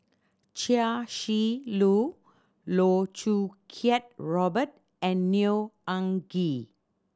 Chia Shi Lu Loh Choo Kiat Robert and Neo Anngee